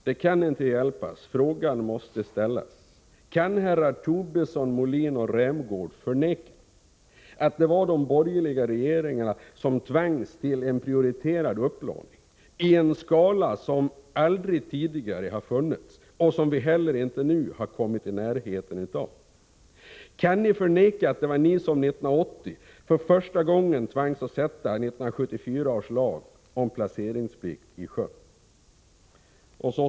Det kan inte hjälpas — frågan måste ställas: Kan herrar Tobisson, Molin och Rämgård förneka att det var de borgerliga regeringarna som tvangs till en prioriterad upplåning i en så stor skala som aldrig tidigare hade förekommit och som vi inte heller nu har kommit i närheten av? Kan ni förneka att det var ni som 1980 för första gången tvangs sätta 1974 års lag om placeringsplikt i sjön?